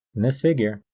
in this figure,